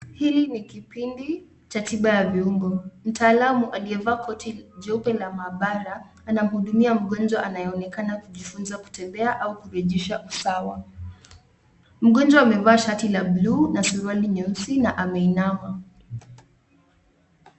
Hili ni kipindi cha tiba ya viungo. Mtaalamu aliyevaa koti jeupe la mabara, anamhudumia mgonjwa anayeonekana kujifunza kutembea au kurejesha usawa. Mgonjwa amevaa shati la blue na suruali nyeusi na ameinama.